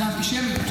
זו אנטישמיות,